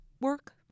work